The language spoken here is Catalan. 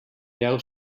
deu